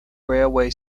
railway